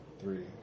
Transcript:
Three